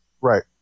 Right